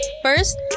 First